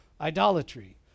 idolatry